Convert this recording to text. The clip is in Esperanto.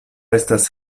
estas